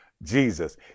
jesus